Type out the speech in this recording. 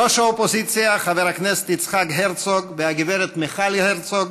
ראש האופוזיציה חבר הכנסת יצחק הרצוג והגב' מיכל הרצוג,